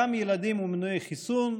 גם ילדים ומנועי חיסון,